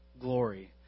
glory